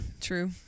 True